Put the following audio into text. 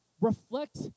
reflect